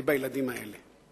הוא בילדים האלה.